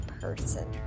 person